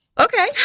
Okay